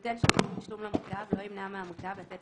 נותן שירותי תשלום למוטב לא ימנע מהמוטב לתת